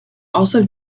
also